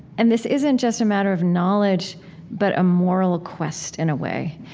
and this isn't just a matter of knowledge but a moral quest in a way.